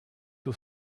aux